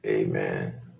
Amen